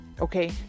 Okay